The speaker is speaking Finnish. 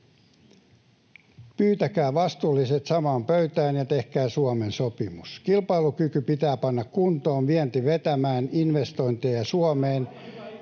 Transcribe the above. Pyytäkää vastuulliset samaan pöytään ja tehkää Suomen sopimus. Kilpailukyky pitää panna kuntoon, vienti vetämään, investointeja Suomeen,